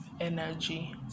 energy